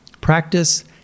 Practice